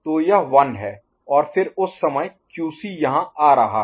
तो यह 1 है और फिर उस समय QC यहाँ आ रहा है